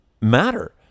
matter